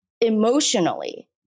emotionally